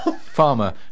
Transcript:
farmer